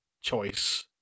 choice